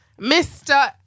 Mr